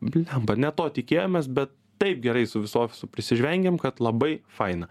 blemba ne to tikėjomės bet taip gerai su viso prisižvengiam kad labai faina